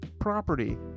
property